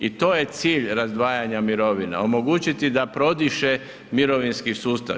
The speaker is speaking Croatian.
I to je cilj razdvajanja mirovina, omogućiti da prodiše mirovinski sustav.